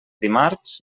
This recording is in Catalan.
dimarts